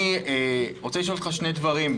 אני רוצה לשאול אותך שני דברים,